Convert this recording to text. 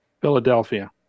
Philadelphia